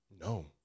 No